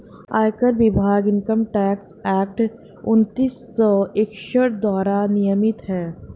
आयकर विभाग income tax act उन्नीस सौ इकसठ द्वारा नियमित है